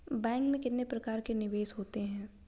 Bank में कितने प्रकार के निवेश होते हैं?